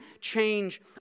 change